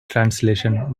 translation